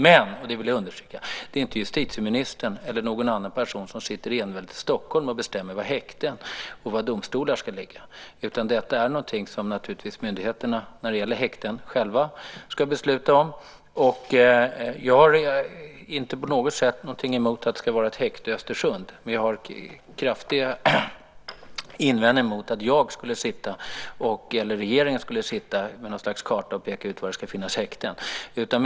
Men - och det vill jag understryka - det är inte justitieministern eller någon annan person som sitter enväldigt i Stockholm och bestämmer var häkten och domstolar ska ligga. Detta är någonting som myndigheterna själva ska besluta om, när det gäller häkten. Jag har inte på något sätt någonting emot att det ska vara ett häkte i Östersund. Men jag har kraftiga invändningar mot att jag eller regeringen skulle sitta med en karta och peka ut var det ska finnas häkten.